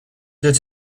that